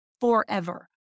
forever